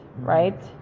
right